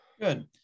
Good